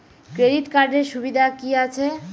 Credit কার্ডের সুবিধা কি আছে?